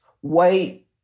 white